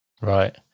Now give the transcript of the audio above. right